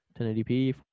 1080p